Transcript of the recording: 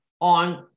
on